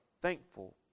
thankful